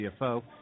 CFO